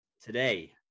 today